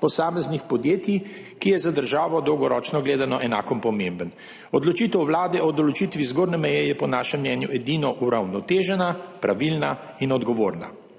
posameznih podjetij, ki je za državo dolgoročno gledano enako pomemben. Odločitev Vlade o določitvi zgornje meje je po našem mnenju edino uravnotežena, pravilna in odgovorna.